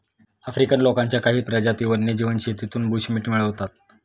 African लोकांच्या काही प्रजाती वन्यजीव शेतीतून बुशमीट मिळवतात